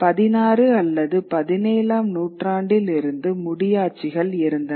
16 அல்லது 17 ஆம் நூற்றாண்டில் இருந்து முடியாட்சிகள் இருந்தன